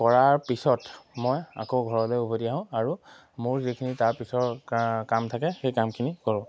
কৰাৰ পিছত মই আকৌ ঘৰলৈ উভতি আহোঁ আৰু মোৰ যিখিনি তাৰপিছৰ কা কাম থাকে সেই কামখিনি কৰোঁ